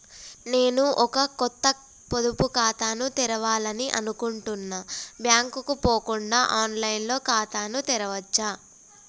నేను ఒక కొత్త పొదుపు ఖాతాను తెరవాలని అనుకుంటున్నా బ్యాంక్ కు పోకుండా ఆన్ లైన్ లో ఖాతాను తెరవవచ్చా?